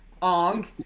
Ong